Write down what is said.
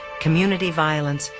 community violence,